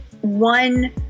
one